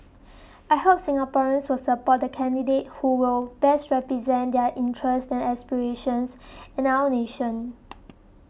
I hope Singaporeans will support the candidate who will best represent their interests and aspirations and our nation